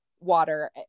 water